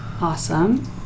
Awesome